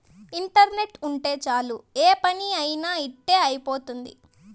internet ఉంటే చాలు ఏ పని అయినా ఇట్టి అయిపోతుంది